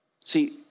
See